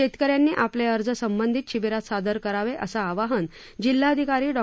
शेतक यांनी आपले अर्ज संबंधित शिबिरात सादर करावे असं आवाहन जिल्हाधिकारी डॉ